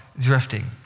drifting